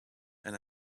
and